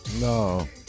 No